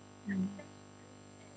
mm